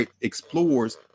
explores